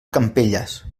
campelles